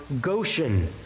Goshen